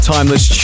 Timeless